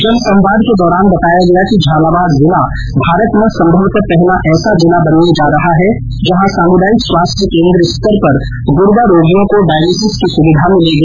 जनसंवाद के दौरान बताया गया कि झालावाड़ जिला भारत में संभवतः पहला ऐसा जिला बनने जा रहा है जहां सामुदायिक स्वास्थ्य केन्द्र स्तर पर गुर्दा रोगियों को डायलेसिस की सुविधा मिलेगी